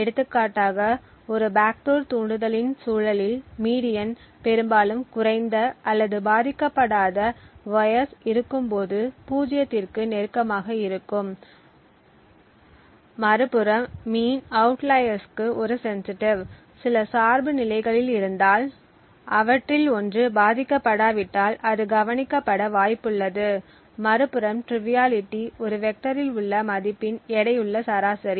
எடுத்துக்காட்டாக ஒரு பேக்டோர் தூண்டுதலின் சூழலில் மீடியன் பெரும்பாலும் குறைந்த அல்லது பாதிக்கப்படாத உயர்ஸ் இருக்கும்போது பூஜ்ஜியத்திற்கு நெருக்கமாக இருக்கும் மறுபுறம் மீண் அவுட்லயர்ஸ்க்கு ஒரு சென்சிடிவ் சில சார்பு நிலைகளில் இருந்தால் அவற்றில் ஒன்று பாதிக்கப்படாவிட்டால் அது கவனிக்கப்பட வாய்ப்புள்ளது மறுபுறம் ட்ரிவியாலிட்டி ஒரு வெக்டரில் உள்ள மதிப்பின் எடையுள்ள சராசரி